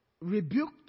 rebuked